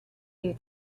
you